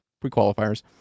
pre-qualifiers